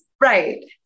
Right